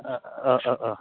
ओह ओह ओह